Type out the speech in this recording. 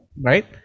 right